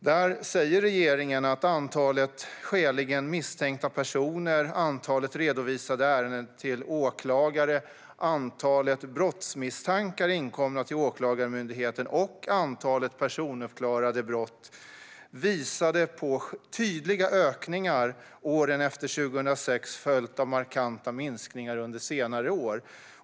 Där säger regeringen att antalet skäligen misstänkta personer, antalet ärenden som redovisats till åklagare, antalet brottsmisstankar som har inkommit till Åklagarmyndigheten och antalet personuppklarade brott visade på tydliga ökningar åren efter 2006, följt av markanta minskningar under senare år.